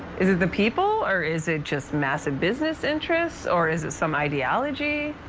is it the people or is it just massive business interests or is it some ideology,